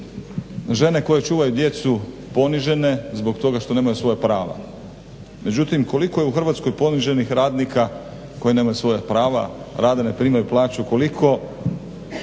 žene koje čuvaju djecu ponižene zbog toga što nemaju svoja prava. Međutim koliko je u Hrvatskoj poniženih radnika koji nemaju svoja prava, a rade ne primaju plaću, koliko